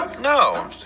No